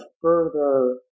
further